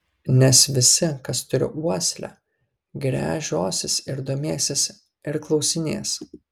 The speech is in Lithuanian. nes visi kas turi uoslę gręžiosis ir domėsis ir klausinės